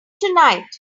tonight